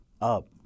up